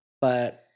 but-